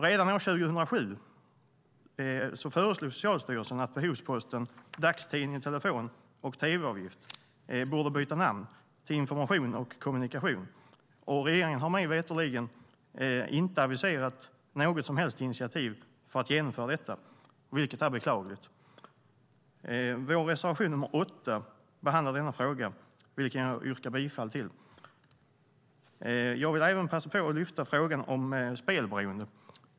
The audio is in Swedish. Redan år 2007 föreslog Socialstyrelsen att behovsposten dagstidning, telefon och tv-avgift borde byta namn till information och kommunikation. Regeringen har mig veterligen inte aviserat något som helst initiativ för att genomföra detta, vilket är beklagligt. I vår reservation 8 behandlas denna fråga, vilken jag yrkar bifall till. Jag vill även passa på att lyfta fram frågan om spelberoende.